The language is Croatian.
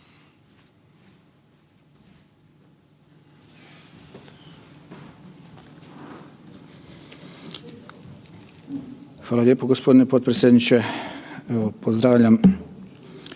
Hvala lijepa gospodine potpredsjedniče. Poštovani